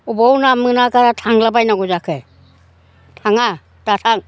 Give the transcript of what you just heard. बबाव ना मोना गारा थांला बायनांगौ जाखो थाङा दाथां